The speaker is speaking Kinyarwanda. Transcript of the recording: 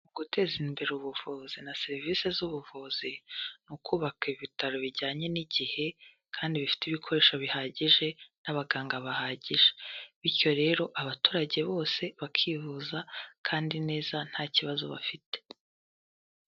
Mu guteza imbere ubuvuzi na serivisi z'ubuvuzi ni kubabaka ibitaro bijyanye n'igihe kandi bifite ibikoresho bihagije n'abaganga bahagije. Bityo rero abaturage bose bakivuza kandi neza nta kibazo bafite.